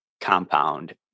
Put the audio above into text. compound